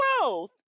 growth